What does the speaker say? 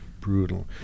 brutal